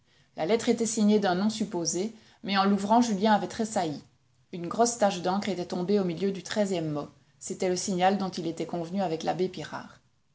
la lettre était signée d'un nom supposé mais en l'ouvrant julien avait tressailli une grosse tache d'encre était tombée au milieu du treizième mot c'était le signal dont il était convenu avec l'abbé pirard